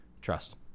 trust